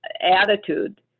Attitude